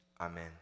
amen